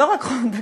דקה.